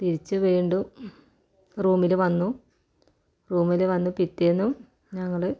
തിരിച്ചു വീണ്ടും റൂമിൽ വന്നു റൂമിൽ വന്ന് പിറ്റേന്നും ഞങ്ങൾ